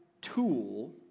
tool